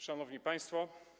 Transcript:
Szanowni Państwo!